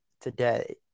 today